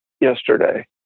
yesterday